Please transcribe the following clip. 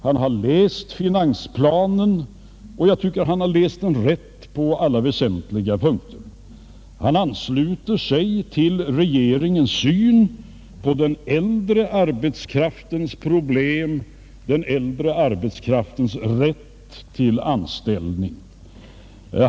Han har läst finansplanen och jag tycker att han har läst den rätt på alla väsentliga punkter. Han ansluter sig till regeringens syn på den äldre arbetskraftens problem och rätt till anställning.